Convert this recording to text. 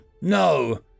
No